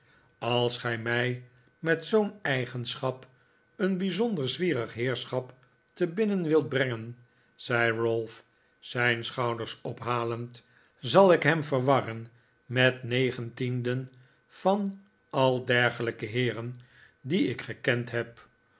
als gij mij met zoo'n eigenschap een bijzonder zwierig heerschap te binnen wilt brengen zei ralph zijn schouders ophalend zal ik hem verwarren met negen tienden van al dergelijke heeren die ik gekend heb